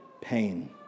pain